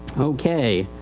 okay.